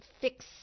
fix